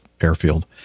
airfield